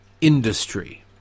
industry